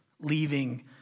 leaving